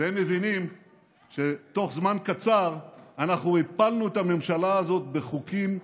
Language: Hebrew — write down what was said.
והם מבינים שבתוך זמן קצר אנחנו הפלנו את הממשלה הזאת בחוקים,